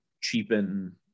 cheapen